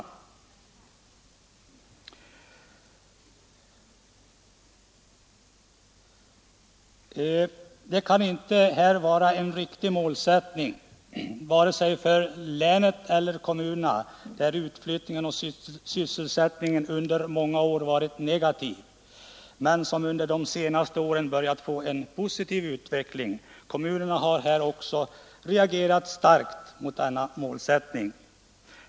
Denna fördelning kan inte vara en riktig målsättning vare sig för länet eller för kommmunerna, där utflyttningen och sysselsättningen under många år varit negativ men under de senaste åren börjat bli positiv. Kommunerna har också starkt reagerat mot denna målsättning.